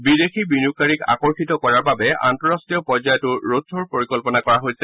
বিদেশী বিনিয়োগকাৰীক আকৰ্ষিত কৰাৰ বাবে আন্তঃৰাষ্ট্ৰীয় পৰ্য্যায়তো ৰড গ্ৰোৰ পৰিকল্পনা কৰা হৈছে